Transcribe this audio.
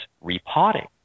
repotting